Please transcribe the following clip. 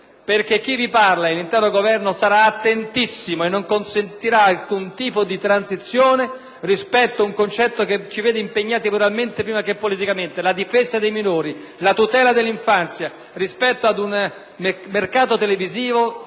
perché chi vi parla, così come l'intero Governo, sarà attentissimo e non consentirà alcun tipo di transizione su un tema che ci vede impegnati moralmente, prima che politicamente, quello cioè della difesa dei minori e della tutela dell'infanzia, rispetto ad un mercato televisivo